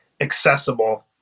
accessible